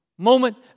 Moment